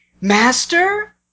master